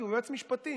כי הוא יועץ משפטי,